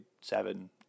seven